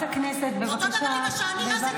ואותו דבר עם השעונים.